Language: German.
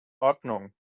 ordnung